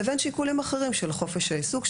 לבין שיקולים אחרים של חופש העיסוק,